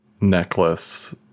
necklace